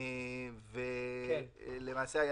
למעשה,